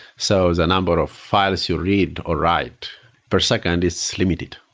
so the number of files you read ah write per second is limited.